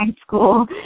school